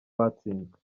batsinzwe